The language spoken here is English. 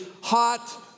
hot